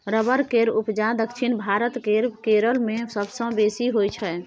rubber केर उपजा दक्षिण भारत केर केरल मे सबसँ बेसी होइ छै